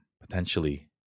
potentially